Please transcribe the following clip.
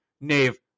Nave